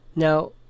Now